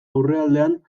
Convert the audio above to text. aurrealdean